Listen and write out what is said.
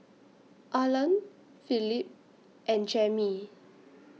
Arlan Philip and Jammie